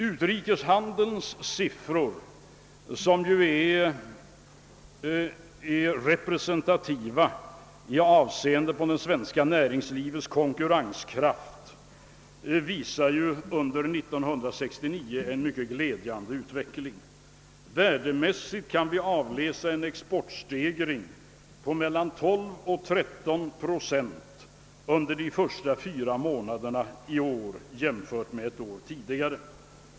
Utrikeshandeln, vars siffror ju är representativa för det svenska näringslivets konkurrenskraft, visar under 1969 en mycket glädjande utveckling. Värdemässigt kan vi avläsa en exportstegring på 12 å 13 procent under de första fyra månaderna i år, jämfört med ett år tidigare.